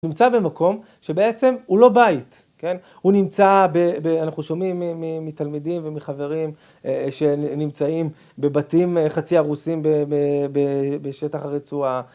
נמצא במקום שבעצם, הוא לא בית, כן? הוא נמצא, ב... ב... אנחנו שומעים מ... מ... מ... מתלמידים ומחברים, אה... שנמצאים בבתים חצי הרוסים ב... ב... ב... בשטח הרצועה.